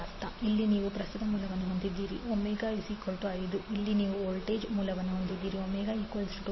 ಇಲ್ಲಿ ನೀವು ಪ್ರಸ್ತುತ ಮೂಲವನ್ನು ಹೊಂದಿದ್ದೀರಿ ω 5 ಇಲ್ಲಿ ನೀವು ವೋಲ್ಟೇಜ್ ಮೂಲವನ್ನು ಹೊಂದಿದ್ದೀರಿ ω 2